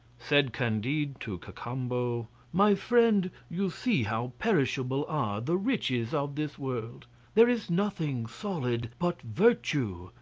said candide to cacambo my friend, you see how perishable are the riches of this world there is nothing solid but virtue,